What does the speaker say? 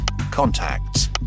contacts